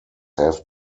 have